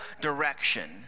direction